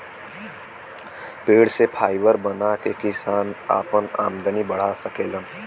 पेड़ से फाइबर बना के किसान आपन आमदनी बढ़ा सकेलन